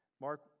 mark